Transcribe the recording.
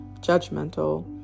judgmental